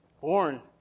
born